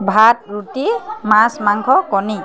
ভাত ৰুটি মাছ মাংস কণী